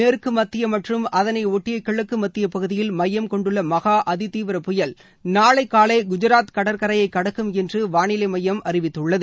மேற்குமத்தியமற்றும் அதனைஒட்டியகிழக்குமத்தியபகுதியில் அரபிக்கடலின் மையம் கொண்டுள்ளமகாஅதிதீவிர புயல் நாளைகாலைகுஜராத்தில் கரையைகடக்கும் என்றுவானிலைமையம் அறிவித்துள்ளது